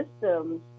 systems